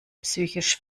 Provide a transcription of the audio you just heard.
psychisch